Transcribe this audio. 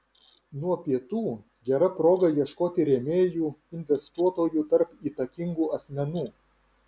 nuo pietų gera proga ieškoti rėmėjų investuotojų tarp įtakingų asmenų